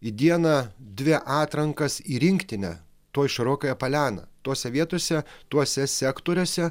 į dieną dvi atrankas į rinktinę toj širokaja paliana tuose vietuose tuose sektoriuose